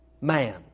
Man